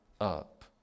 up